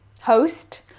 host